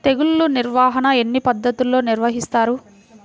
తెగులు నిర్వాహణ ఎన్ని పద్ధతుల్లో నిర్వహిస్తారు?